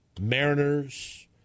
Mariners